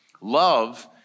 Love